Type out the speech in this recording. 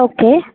okay